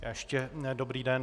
Ještě dobrý den.